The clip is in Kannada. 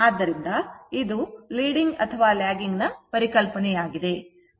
ಆದ್ದರಿಂದ ಇದು leading ಅಥವಾ lagging ನ ಪರಿಕಲ್ಪನೆಯಾಗಿದೆ